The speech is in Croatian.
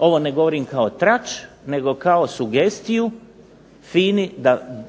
Ovo ne govorim kao trač nego kao sugestiju FINA-i da